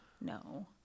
no